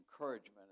encouragement